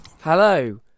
Hello